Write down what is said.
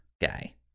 guy